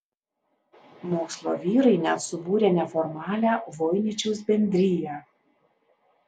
mokslo vyrai net subūrė neformalią voiničiaus bendriją